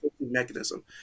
mechanism